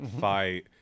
fight